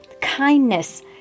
kindness